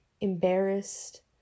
embarrassed